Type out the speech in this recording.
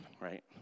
right